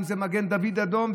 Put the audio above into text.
ואם זה מגן דוד אדום,